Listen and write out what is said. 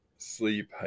sleep